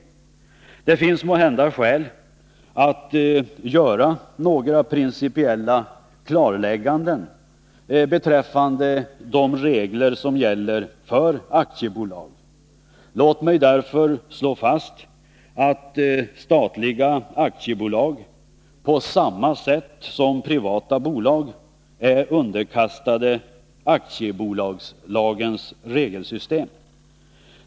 heten Det finns måhända skäl att göra några principiella klarlägganden beträffande de regler som gäller för aktiebolag. Låt mig därför slå fast att statliga aktiebolag på samma sätt som privata bolag är underkastade aktiebolagslagens regelsystem.